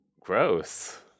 gross